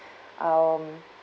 um